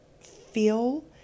feel